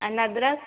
अन् अद्रक